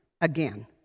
again